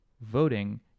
voting